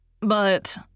but